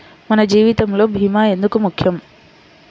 మన జీవితములో భీమా ఎందుకు ముఖ్యం?